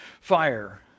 fire